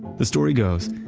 the story goes,